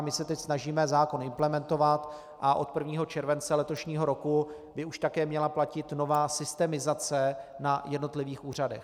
My se teď snažíme zákon implementovat a od 1. července letošního roku by už také měla platit nová systemizace na jednotlivých úřadech.